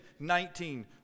19